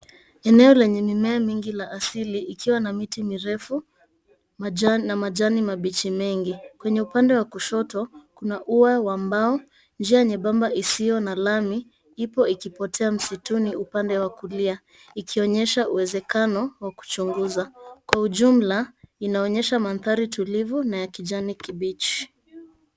Eneo lenye mimea mingi la asili ikiwa na miti mirefu na majani mabichi mengi. Kwenye upande wa kushoto, kuna ua wa mbao, njia nyembamba isiyo na lami ipo ikipotea msituni upande wa kulia, ikionyesha uwezekano wa kuchunguza. Kwa ujumla inaonyesha mandhari tulivu na ya kijani kibichi.